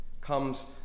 comes